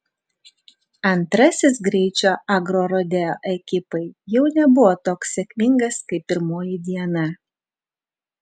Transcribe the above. antrasis greičio agrorodeo ekipai jau nebuvo toks sėkmingas kaip pirmoji diena